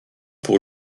pour